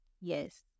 Yes